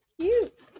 cute